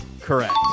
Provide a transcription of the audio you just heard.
Correct